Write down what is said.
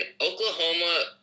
Oklahoma